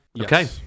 Okay